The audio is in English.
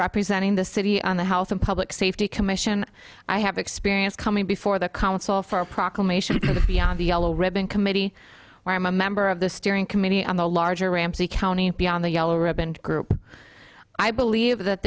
representing the city on the health and public safety commission i have experience coming before the council for a proclamation beyond the yellow ribbon committee where i'm a member of the steering committee on the larger ramsey county and beyond the yellow ribbon group i believe that